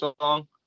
song